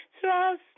trust